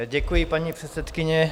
Děkuji, paní předsedkyně.